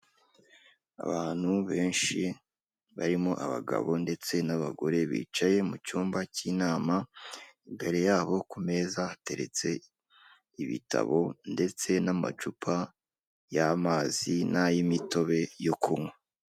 Abantu benshi barimo abagabo ndetse n'abagore bicaye mu cyumba cy'inama, imbere yabo ku meza hateretse ibitabo ndetse n'amacupa y'amazi n'ay'imitobe yo kunywa.